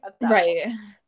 Right